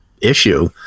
issue